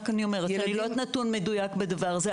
אני אומרת שאני לא יודעת נתון מדויק בדבר הזה,